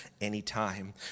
anytime